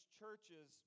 churches